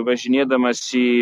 važinėdamas į